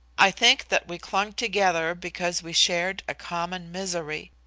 i think that we clung together because we shared a common misery.